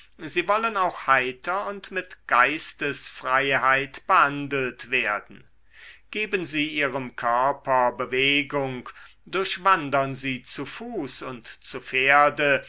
sie wollen auch heiter und mit geistesfreiheit behandelt werden geben sie ihrem körper bewegung durchwandern sie zu fuß und zu pferde